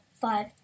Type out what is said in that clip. five